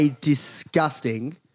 disgusting